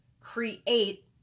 create